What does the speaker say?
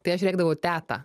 tai aš rėkdavau teta